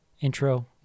intro